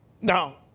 Now